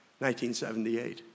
1978